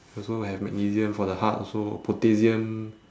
also will have magnesium for the heart also potassium